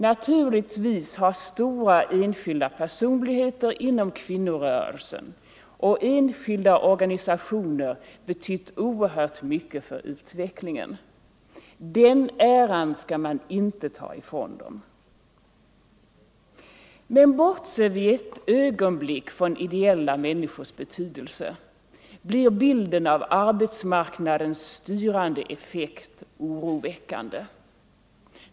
Naturligtvis har stora enskilda personligheter inom kvinnorörelsen och enskilda organisationer betytt oerhört mycket för utvecklingen. Den äran skall man inte ta ifrån dem. Men bortser vi ett ögonblick från ideella människors betydelse blir bilden av arbetsmarknadens styrande effekt oroväckande.